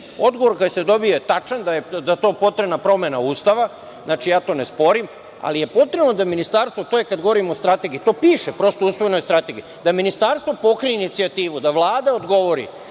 Odgovor koji se dobije je tačan, da je za to potrebna promena Ustava, ja to ne sporim, ali je potrebno da ministarstvo, to je kad govorim o strategiji, to piše prosto, uslovno u strategiji, da ministarstvo pokrene inicijativu, da Vlada odgovori